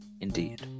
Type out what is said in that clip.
Indeed